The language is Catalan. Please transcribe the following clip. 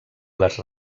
les